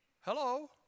Hello